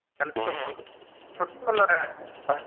ତା'ହେଲେ ଛୋଟ ଛୋଟ କଲରା ବାହାରୁଥିବ